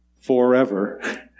forever